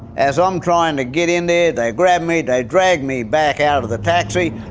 as i'm trying to get in there, they grabbed me. they dragged me back out of the taxi.